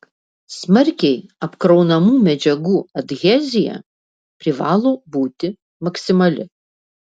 smarkiai apkraunamų medžiagų adhezija privalo būti maksimali